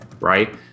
right